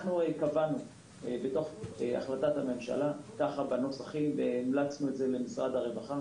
אנחנו קבענו בתוך החלטת הממשלה והמלצנו למשרד הרווחה